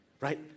Right